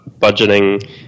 budgeting